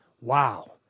Wow